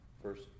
First